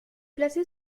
placé